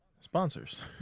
sponsors